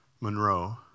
Monroe